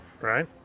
Right